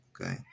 Okay